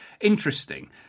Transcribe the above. interesting